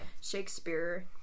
Shakespeare